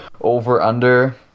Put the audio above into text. over-under